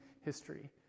history